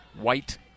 white